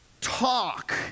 talk